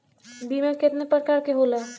बीमा केतना प्रकार के होला?